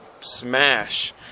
Smash